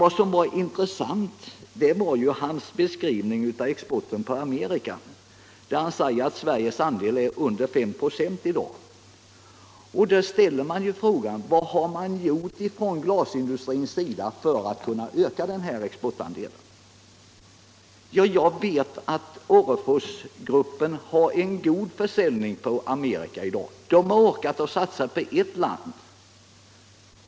Vad som var intressant var herr Hovhammars beskrivning av USA:s import på detta område. Han sade att Sveriges andel av den i dag ligger under 5 96. Man ställer sig då frågan: Vad har glasindustrin gjort för att öka denna exportandel? Jag vet att Orreforsgruppen har en god försäljning på USA i dag. Den har orkat satsa på ett land.